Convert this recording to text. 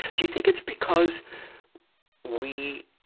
do you think it's because we